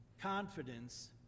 confidence